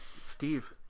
Steve